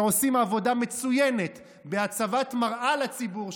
שעושים עבודה מצוינת בהצבת מראה לציבור,